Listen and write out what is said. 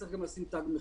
צריך גם לשים תג מחיר,